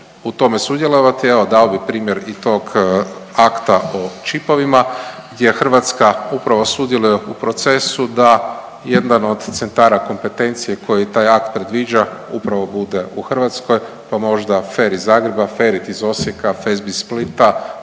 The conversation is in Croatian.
u tome sudjelovati evo dao bih primjer i tog akta o čipovima gdje Hrvatska upravo sudjeluje u procesu da jedan od centara kompetencije koji taj akt predviđa upravo bude u Hrvatskoj, pa možda FER iz Zagreba, FERIT iz Osijeka, FESBI iz Splita